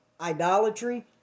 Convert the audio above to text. idolatry